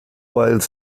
wild